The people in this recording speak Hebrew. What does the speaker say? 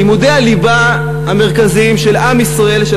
לימודי הליבה המרכזיים של עם ישראל ושל